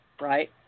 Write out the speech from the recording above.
right